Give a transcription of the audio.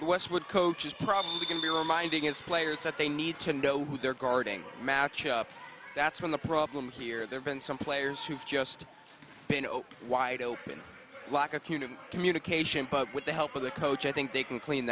westwood coach is probably going to be reminding his players that they need to know who they're guarding match up that's been the problem here there's been some players who've just been open wide open lack of communication but with the help of the coach i think they can clean